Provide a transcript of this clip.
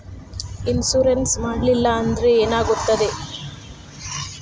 Insurance ಮಾಡಲಿಲ್ಲ ಅಂದ್ರೆ ಏನಾಗುತ್ತದೆ?